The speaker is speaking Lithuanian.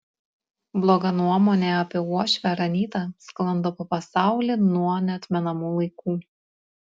bloga nuomonė apie uošvę ar anytą sklando po pasaulį nuo neatmenamų laikų